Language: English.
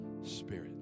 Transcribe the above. spirit